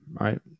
right